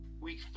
week